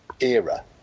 era